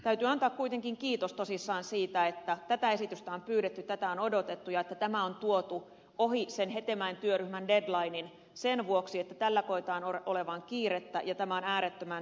täytyy antaa kuitenkin kiitos tosissaan siitä että tätä esitystä on pyydetty että tätä on odotettu ja että tämä on tuotu ohi sen hetemäen työryhmän deadlinen sen vuoksi että tällä koetaan olevan kiire ja tämä on äärettömän tärkeä